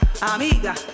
amiga